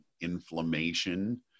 inflammation